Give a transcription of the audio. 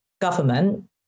government